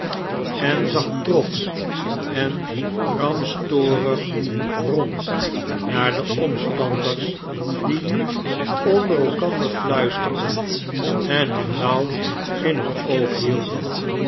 en zag trotsch en gramstorig rond naar de omstanders die nu onder elkander fluisterden en hem nauw in het oog hidden